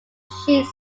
sheets